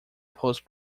post